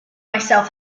myself